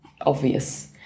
obvious